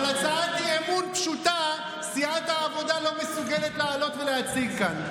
אבל הצעת אי-אמון פשוטה סיעת העבודה לא מסוגלת לעלות ולהציג כאן.